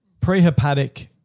prehepatic